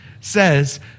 says